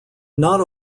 not